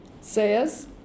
says